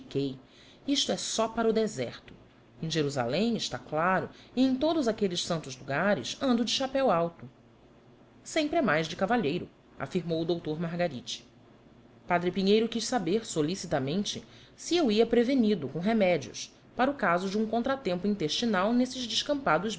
expliquei isto é só para o deserto em jerusalém está claro em todos aqueles santos lugares ando de chapéu alto sempre é mais de cavalheiro afirmou o doutor margaride padre pinheiro quis saber solicitamente se eu ia prevenido com remédios para o caso de um contratempo intestinal nesses descampados